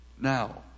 Now